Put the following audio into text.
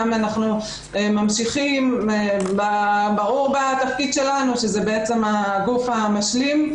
אנחנו ממשיכים בתפקיד שלנו, שזה בעצם הגוף המשלים,